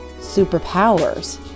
superpowers